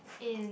in